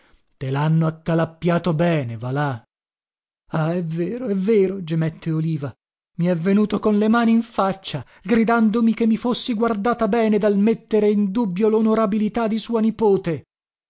te lhanno accalappiato bene va là ah è vero è vero gemette liva i è venuto con le mani in faccia gridandomi che mi fossi guardata bene dal metter in dubbio lonorabilità di sua nipote